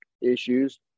issues